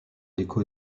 gecko